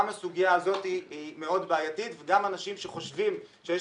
גם הסוגיה הזאת מאוד בעייתית וגם אנשים שחושבים שיש